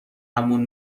همون